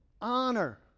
Honor